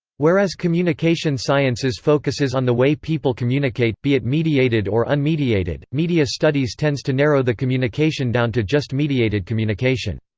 whereas communication sciences focuses on the way people communicate, be it mediated or unmediated, media studies tends to narrow the communication down to just mediated communication.